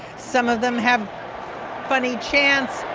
some of them have funny chants.